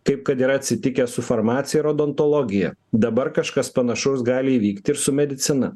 taip kad yra atsitikę su farmacija ir odontologija dabar kažkas panašaus gali įvykti ir su medicina